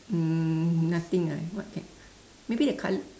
um nothing ah what can maybe the colour